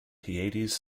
hyades